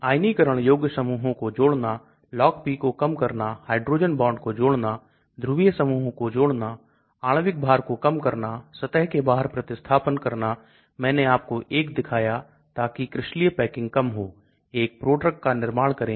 घुलनशीलता पहला कदम है जहां पेट के तरल पदार्थ में पूरी तरह से घुल जाती है और फिर यह Lipid अवरोध को पार करती है और पारगम्यता रक्त प्रभाव में पहुंचती है